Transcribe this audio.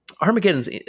Armageddon's